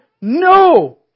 no